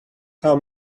how